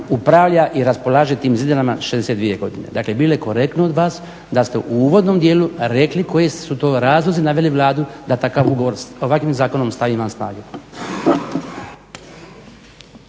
upravlja i raspolaže tim zidinama 62 godine. Dakle, bilo je korektno od vas da ste u uvodnom dijelu rekli koji su to razlozi naveli Vladu da takav ugovor ovakvim zakonom stavi van snage.